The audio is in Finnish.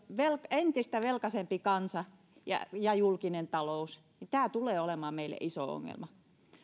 entistä velkaisempi kansa ja ja julkinen talous niin tämä tulee olemaan meille iso ongelma